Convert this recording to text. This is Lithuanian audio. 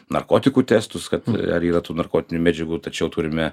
narkotikų testus kad ar yra tų narkotinių medžiagų tačiau turime